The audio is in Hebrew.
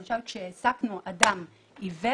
למשל כשהעסקנו אדם עיוור,